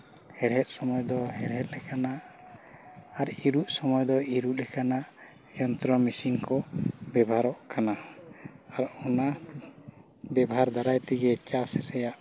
ᱦᱮᱬᱦᱮᱫ ᱥᱚᱢᱚᱭ ᱫᱚ ᱦᱮᱬᱦᱮᱫ ᱞᱮᱠᱟᱱᱟᱜ ᱟᱨ ᱤᱨᱻᱚᱜ ᱥᱚᱢᱚᱭ ᱫᱚ ᱤᱨᱚᱜ ᱞᱮᱠᱟᱱᱟᱜ ᱡᱚᱱᱛᱨᱚ ᱢᱮᱥᱤᱱ ᱠᱚ ᱵᱮᱵᱚᱦᱟᱨᱚᱜ ᱠᱟᱱᱟ ᱟᱨ ᱚᱱᱟ ᱵᱮᱵᱚᱦᱟᱨ ᱫᱟᱨᱟᱭ ᱛᱮᱜᱮ ᱪᱟᱥ ᱨᱮᱭᱟᱜ